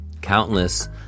Countless